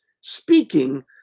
speaking